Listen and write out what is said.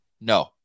No